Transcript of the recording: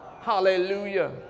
hallelujah